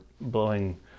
blowing